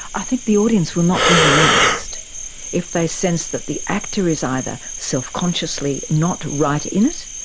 i think the audience will not be relaxed if they sense that the actor is either self-consciously not right in it,